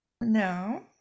No